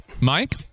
Mike